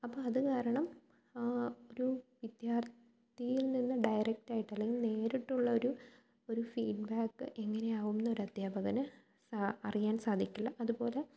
അപ്പം അത് കാരണം ആ ഒരു വിദ്യാര്ത്ഥിയില് നിന്ന് ഡയറക്റ്റ് ആയിട്ട് അല്ലെങ്കില് നേരിട്ടുള്ള ഒരു ഒരു ഫീഡ്ബാക്ക് എങ്ങനെയാവും എന്നൊരു അദ്ധ്യാപകന് അറിയാന് സാധിക്കില്ല അതുപോലെ